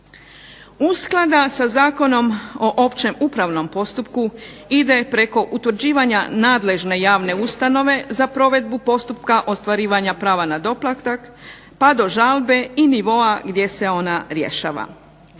Usklada sa Zakonom o općem upravnom postupku ide preko utvrđivanja nadležne javne ustanove za provedbu postupka ostvarivanja prava na doplatak, pa do žalbe i nivoa gdje se ona rješava.